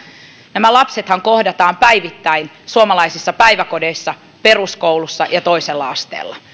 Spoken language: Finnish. nämä lapsethan kohdataan päivittäin suomalaisissa päiväkodeissa peruskouluissa ja toisella asteella